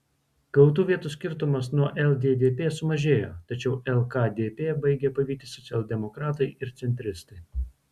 gautų vietų skirtumas nuo lddp sumažėjo tačiau lkdp baigia pavyti socialdemokratai ir centristai